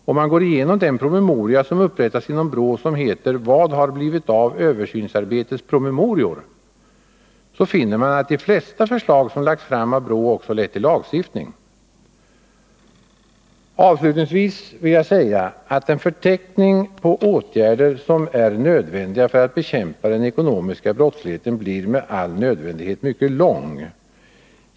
Om man går igenom den promemoria som upprättats inom BRÅ som heter ”Vad har blivit av översynsarbetets promemorior”, så finner man att de flesta förslag som lagts fram av BRÅ också lett till lagstiftning. Avslutningsvis vill jag säga att en förteckning över åtgärder som är nödvändiga för att bek ämpa den ekonomiska brottsligheten med all nödvändighet blir mycket lång.